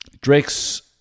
Drake's